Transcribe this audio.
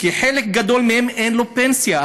כי לחלק גדול מהם אין פנסיה.